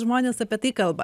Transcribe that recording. žmonės apie tai kalba